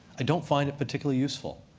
i don't find it particularly useful.